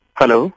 hello